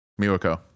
Miwako